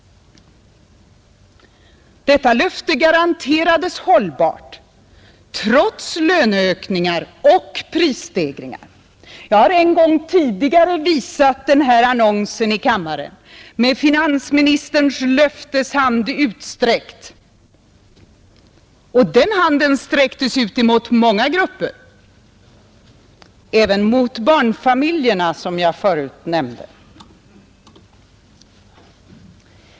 ” Detta löfte garanterades hållbart trots löneökningar och prisstegringar. Jag har en gång tidigare här i kammaren visat den annonsen med finansministerns löfteshand utsträckt. Den handen sträcktes ut till många grupper, även mot barnfamiljerna som jag förut nämnde.